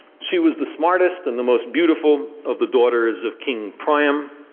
she was the smartest and the most beautiful of the daughters of king priam.